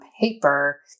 paper